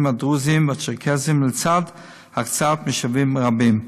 הדרוזיים והצ'רקסיים לצד הקצאת משאבים רבים.